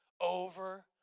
over